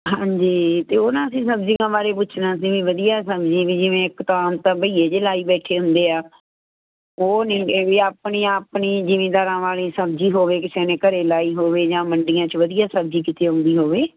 ਹਾਂਜੀ ਅਤੇ ਉਹ ਨਾ ਅਸੀਂ ਸਬਜ਼ੀਆਂ ਬਾਰੇ ਪੁੱਛਣਾ ਸੀ ਵੀ ਵਧੀਆ ਸਬਜ਼ੀ ਵੀ ਜਿਵੇਂ ਇੱਕ ਤਾਂ ਆਮ ਬਈਏ ਜੇ ਲਾਈ ਬੈਠੇ ਹੁੰਦੇ ਆ ਉਹ ਨਹੀਂ ਇਹ ਵੀ ਆਪਣੀ ਆਪਣੀ ਜਿਮੀਦਾਰਾਂ ਵਾਲੀ ਸਬਜ਼ੀ ਹੋਵੇ ਕਿਸੇ ਨੇ ਘਰੇ ਲਾਈ ਹੋਵੇ ਜਾਂ ਮੰਡੀਆਂ 'ਚ ਵਧੀਆ ਸਬਜ਼ੀ ਕਿੱਤੇ ਆਉਂਦੀ ਹੋਵੇ